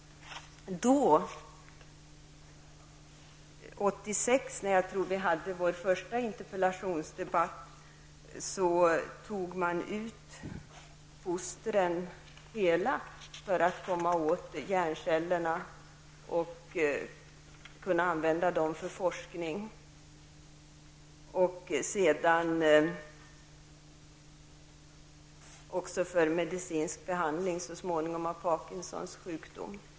Då, 1986, när jag tror att vi hade vår första interpellationsdebatt, tog man ut fostren hela för att komma åt hjärncellerna och kunna använda dem för forskning. Så småningom gjordes detta också för medicinsk behandling av Parkinsons sjukdom.